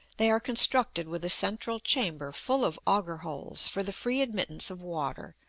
they are constructed with a central chamber full of auger-holes for the free admittance of water,